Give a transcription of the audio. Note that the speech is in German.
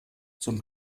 zum